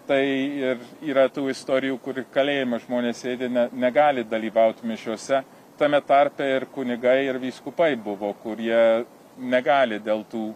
tai yra tų istorijų kur kalėjime žmonės sėdi ne negali dalyvaut mišiose tame tarpe ir kunigai ir vyskupai buvo kurie negali dėl tų